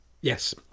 yes